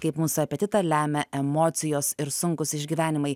kaip mūsų apetitą lemia emocijos ir sunkūs išgyvenimai